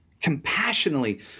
compassionately